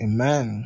Amen